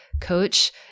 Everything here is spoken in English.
coach